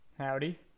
howdy